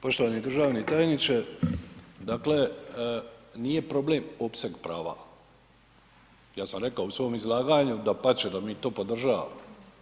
Poštovani državni tajniče, dakle, nije problem opseg prava, ja sam rekao u svom izlaganju, dapače da mi to podržavamo.